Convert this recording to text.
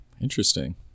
interesting